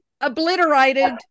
obliterated